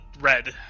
red